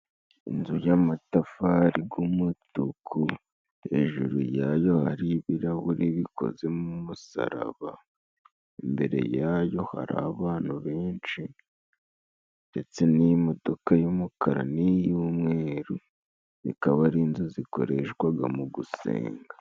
Inzu y'amatafari g'umutuku hejuru yayo ari ibirahuri bikoze mu musaraba, imbere yayo hari abantu benshi ndetse n'imodoka y'umukara niy'umweru ikaba ari inzu zikoreshwaga mu gusenga.